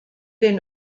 den